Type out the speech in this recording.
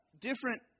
different